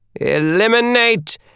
Eliminate